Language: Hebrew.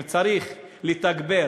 אם צריך לתגבר